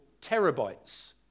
terabytes